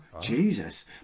Jesus